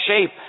shape